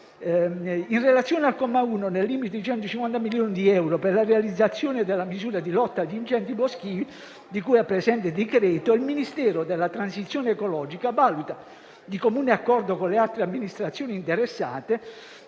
In relazione al comma 1, nel limite di 150 milioni di euro per la realizzazione della misura di lotta agli incendi boschivi di cui al presente decreto, il Ministero della transizione ecologica valuta, di comune accordo con le altre amministrazioni interessate,